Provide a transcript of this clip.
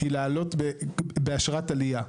היא לעלות באשרת עלייה.